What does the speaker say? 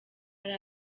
hari